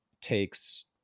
takes